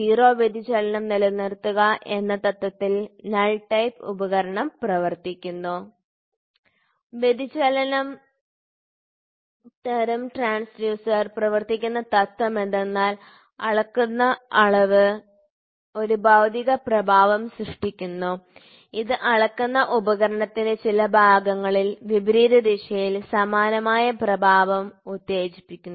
0 വ്യതിചലനം നിലനിർത്തുക എന്ന തത്വത്തിൽ നൾ ടൈപ്പ് ഉപകരണം പ്രവർത്തിക്കുന്നു വ്യതിചലന തരം ട്രാൻസ്ഡ്യൂസർ പ്രവർത്തിക്കുന്ന തത്വം എന്തെന്നാൽ അളക്കുന്ന അളവ് ഒരു ഭൌതിക പ്രഭാവം സൃഷ്ടിക്കുന്നു ഇത് അളക്കുന്ന ഉപകരണത്തിന്റെ ചില ഭാഗങ്ങളിൽ വിപരീത ദിശയിൽ സമാനമായ പ്രഭാവം ഉത്തേജിപ്പിക്കുന്നു